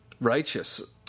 Righteous